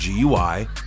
GUI